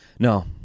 No